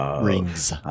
rings